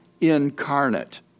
incarnate